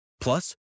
Plus